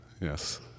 Yes